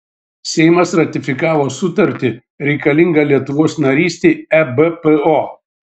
seimas ratifikavo sutartį reikalingą lietuvos narystei ebpo